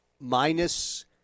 Minus